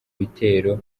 bitero